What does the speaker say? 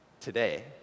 today